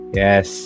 yes